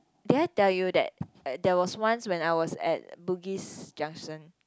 did I tell you that there was once when I was at Bugis-Junction